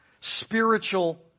spiritual